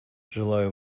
желаю